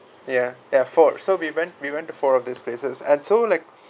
ya ya four so we went we went to four of these places and so like